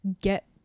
get